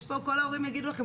יש פה את כל ההורים שיגידו לכם,